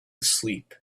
sleep